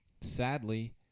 sadly